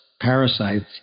parasites